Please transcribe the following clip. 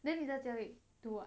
then 你在家里 do what